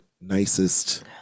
nicest